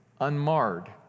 unmarred